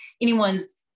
anyone's